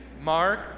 Mark